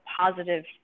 positive